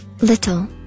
Little